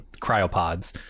Cryopods